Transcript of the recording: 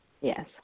Yes